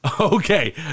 Okay